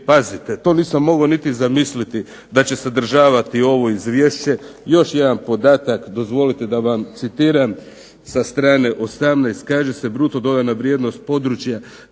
pazite to nisam mogao niti zamisliti da će sadržavati ovo izvješće, još jedan podatak dozvolite da vam citiram sa str. 18. kaže se Bruto dodana vrijednost područja